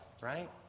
right